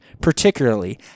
particularly